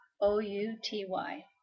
O-U-T-Y